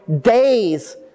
days